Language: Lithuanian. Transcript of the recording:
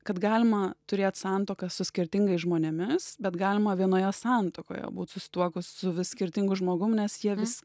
kad galima turėt santuoką su skirtingais žmonėmis bet galima vienoje santuokoje būt susituokus su vis skirtingu žmogumi nes jie